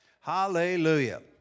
Hallelujah